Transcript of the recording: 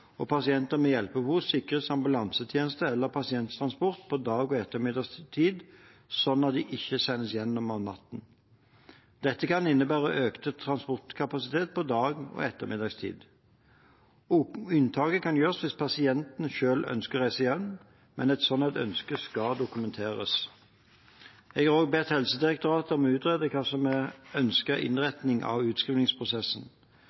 og pasienter med hjelpebehov sikres ambulansetjeneste eller pasienttransport på dag- og ettermiddagstid, slik at de ikke sendes hjem om natten. Dette kan innebære økt transportkapasitet på dag- og ettermiddagstid. Unntak kan gjøres hvis pasientene selv ønsker å reise hjem, men et slikt ønske skal dokumenteres. Jeg har også bedt Helsedirektoratet om å utrede hva som er ønsket